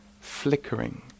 flickering